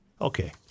Okay